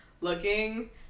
looking